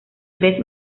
tres